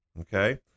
okay